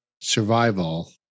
Survival